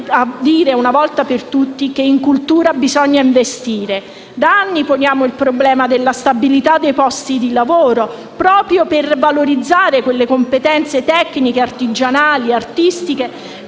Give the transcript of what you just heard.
una volta per tutte che bisogna investire in cultura. Da anni poniamo il problema della stabilità dei posti di lavoro proprio per valorizzare quelle competenze tecniche, artigianali e artistiche